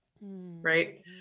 right